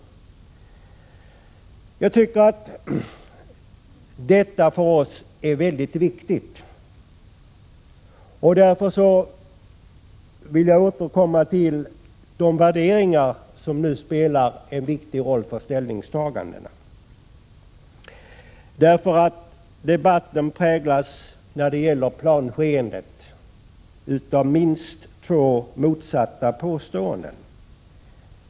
Detta är för oss väldigt viktigt. Därför vill jag återkomma till de värderingar som nu spelar en väsentlig roll för ställningstagandena. Debatten präglas nämligen när det gäller planskedet av minst två motsatta påståenden.